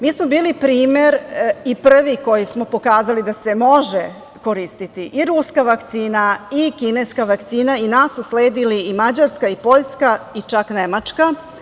Mi smo bili primer i prvi koji smo pokazali da se može koristiti i ruska vakcina i kineska vakcina i nas su sledili i Mađarska i Poljska i Nemačka.